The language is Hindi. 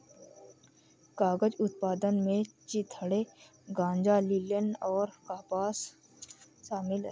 कागज उत्पादन में चिथड़े गांजा लिनेन और कपास शामिल है